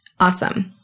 awesome